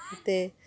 ಮತ್ತೆ